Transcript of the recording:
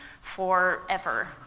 forever